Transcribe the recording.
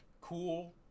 cool